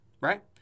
right